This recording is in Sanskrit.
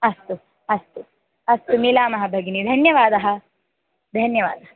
अस्तु अस्तु अस्तु मिलामः भगिनि धन्यवादाः धन्यवादः